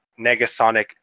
Negasonic